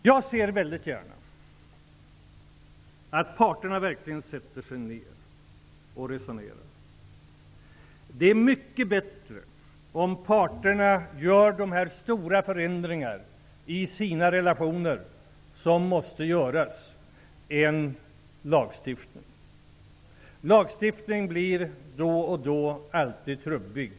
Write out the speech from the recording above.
Jag ser mycket gärna att parterna sätter sig ner och resonerar. Det är mycket bättre om parterna gör dessa stora förändringar i sina relationer som måste göras än att vi tar till lagstiftning. Lagstiftning blir då och då trubbig.